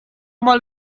mal